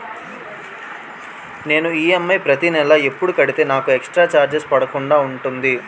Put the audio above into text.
నేను ఈ.ఎమ్.ఐ ప్రతి నెల ఎపుడు కడితే నాకు ఎక్స్ స్త్ర చార్జెస్ పడకుండా ఉంటుంది?